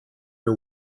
you